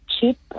cheap